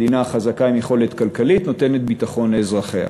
מדינה חזקה עם יכולת כלכלית נותנת ביטחון לאזרחיה.